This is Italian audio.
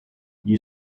gli